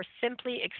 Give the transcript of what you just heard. simply